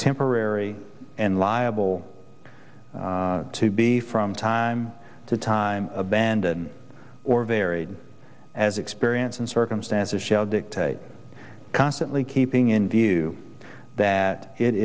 temporary and liable to be from time to time abandon or varied as experience and circumstances shall dictate constantly keeping in view that it